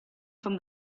from